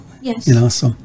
Yes